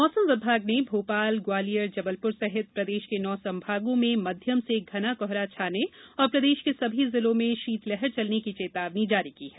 मौसम विभाग ने भोपाल ग्वालियर जबलपुर सहित प्रदेश के नौ संभागों में मध्यम से घना कोहरा छाने और प्रदेश के सभी जिलों में शीतलहर चलने की चेतावनी जारी की है